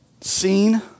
seen